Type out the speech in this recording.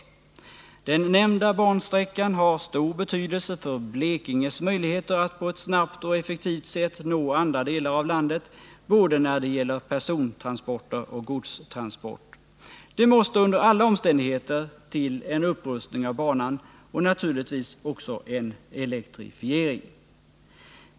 Den nämnda bansträckan har stor betydelse för Blekinges möjligheter att på ett snabbt och effektivt sätt nå andra delar av landet när det gäller både persontransporter och godstransport. Det måste under alla omständigheter tillen upprustning av banan och naturligtvis också en elektrifiering.